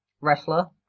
wrestler